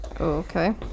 Okay